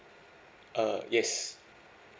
uh yes